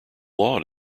law